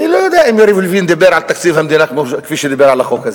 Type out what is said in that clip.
אני לא יודע אם יריב לוין דיבר על תקציב המדינה כפי שדיבר על החוק הזה.